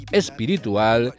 espiritual